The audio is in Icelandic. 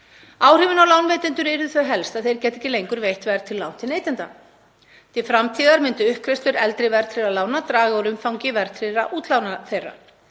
Áhrifin á lánveitendur yrðu þau helst að þeir gætu ekki lengur veitt verðtryggð lán til neytenda. Til framtíðar myndu uppgreiðslur eldri verðtryggðra lána draga úr umfangi verðtryggðra útlána þeirra.